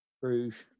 Bruges